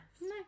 No